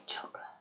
chocolate